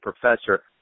professor